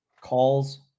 Calls